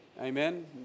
amen